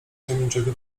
tajemniczego